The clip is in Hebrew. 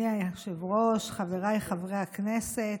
אדוני היושב-ראש, חבריי חברי הכנסת,